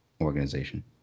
organization